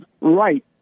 right